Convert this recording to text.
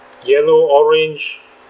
yellow orange